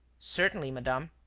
certainly, madame.